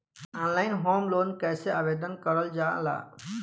Online home loan कैसे आवेदन करल जा ला?